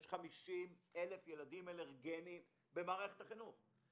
יש 50,000 ילדים אלרגיים במערכת החינוך.